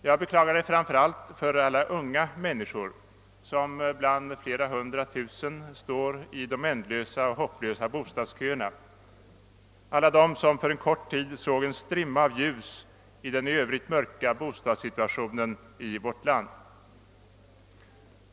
Jag beklagar det framför allt för alla unga människor som bland flera hundra tusen står i de ändlösa och hopplösa bostadsköerna, alla de som för en kort tid såg en strimma av ljus i den i övrigt mörka bostadssituationen i vårt land.